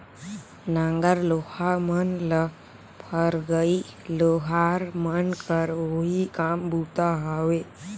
नांगर लोहा मन ल फरगई लोहार मन कर ओही काम बूता हवे